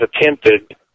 attempted